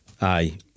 Aye